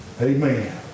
Amen